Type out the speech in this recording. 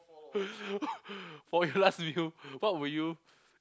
for your last meal what would you